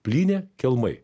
plynė kelmai